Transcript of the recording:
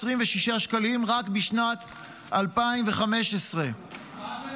31,239,526 שקלים רק בשנת 2015. מה זה